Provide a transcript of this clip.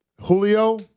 Julio